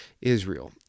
Israel